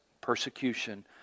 persecution